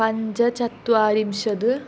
पञ्चचत्वारिंशद्